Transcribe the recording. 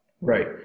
Right